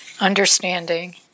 understanding